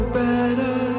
better